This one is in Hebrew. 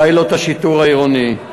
פיילוט השיטור העירוני,